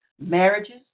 marriages